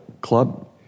club